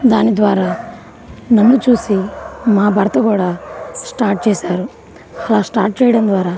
దాని ద్వారా నన్ను చూసి మా భర్త కూడా స్టార్ట్ చేసారు అలా స్టార్ట్ చేయడం ద్వారా